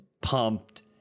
pumped